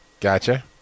Gotcha